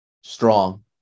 strong